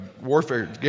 warfare